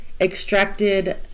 extracted